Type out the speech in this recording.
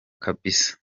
kabisa